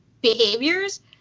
behaviors